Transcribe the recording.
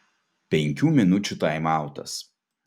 penkių minučių taimautas